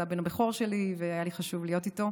זה הבן הבכור שלי, והיה לי חשוב להיות איתו.